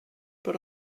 but